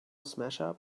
smashup